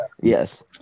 Yes